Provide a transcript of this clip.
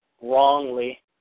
wrongly